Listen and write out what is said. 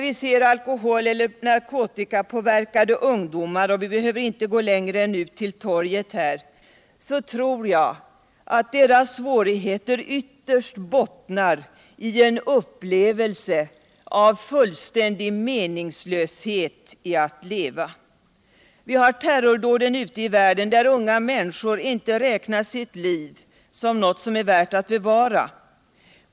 Vi ser alkohol eller narkotikapåverkade ungdomar — vi behöver inte gå kingre än ut ull torget här — och jag tror att deras svårigheter ytterst bottnar ien upplevelse av fullständig meningslöshet I att leva. Vi har terrordåden ute i världen där unga människor inte räknar sitt liv som något som är värt att bevara.